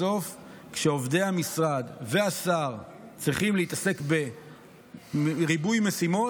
כשעובדי המשרד והשר צריכים להתעסק בריבוי משימות,